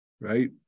Right